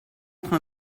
train